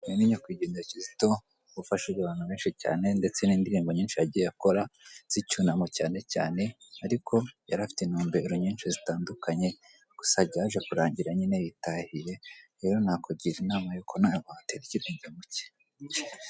Uyu nyakwigendera Kizito wafashije abantu benshi cyane ndetse n'indirimbo nyinshi yagiye akora, z'icyunamo cyane cyane ariko yari afite intumbero nyinshi zitandukanye, gusa byaje kurangira nyine yitahiye rero nakugira inama y'uko nawe watera ikirenge mu cye.